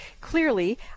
clearly